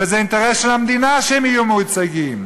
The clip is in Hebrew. וזה אינטרס של המדינה שהם יהיו מיוצגים,